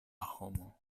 homo